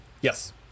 Yes